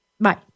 Bye